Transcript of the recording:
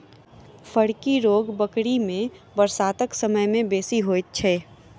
फड़की रोग बकरी मे बरसातक समय मे बेसी होइत छै